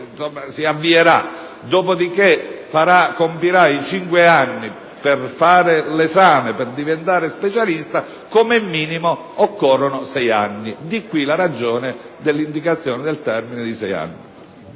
dopo di che compirà i cinque anni per fare l'esame e diventare specialista: come minimo occorrono sei anni. Di qui la ragione dell'indicazione del termine di sei anni.